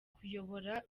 kuyobora